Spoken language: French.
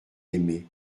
aimé